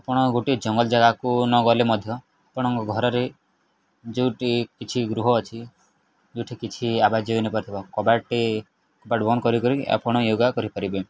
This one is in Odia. ଆପଣ ଗୋଟଏ ଜଙ୍ଗଲ ଜାଗାକୁ ନ ଗଲେ ମଧ୍ୟ ଆପଣଙ୍କ ଘରରେ ଯେଉଁଠି କିଛି ଗୃହ ଅଛି ଯେଉଁଠି କିଛି ଆବାଜ ହୋଇନପାରିଥିବ କବାଟଟି କବାଟ ବନ୍ଦ କରି କରି ଆପଣ ୟୋଗା କରିପାରିବେ